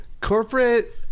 Corporate